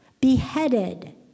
beheaded